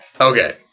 Okay